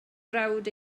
brawd